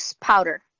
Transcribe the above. powder